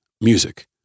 music